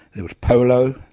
there was polo.